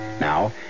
Now